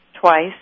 twice